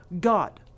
god